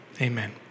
Amen